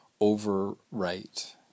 overwrite